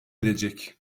edecek